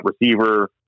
receiver